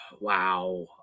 Wow